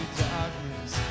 darkness